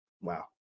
wow